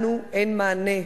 לנו אין מענה.